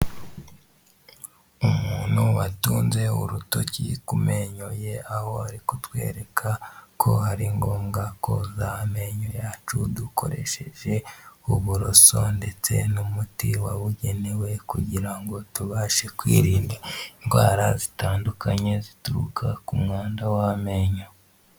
Umuntu watunze urutoki ku menyo ye aho ari kutwereka ko ari ngombwa koza amenyo yacu dukoresheje uburoso ndetse n'umuti wabugenewe kugira ngo tubashe kwirindade indwara zitandukanye zituruka ku mwanda w'amenyo.